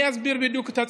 אסביר בדיוק את הציטוט.